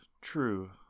True